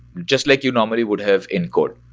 just like you normally would have in code,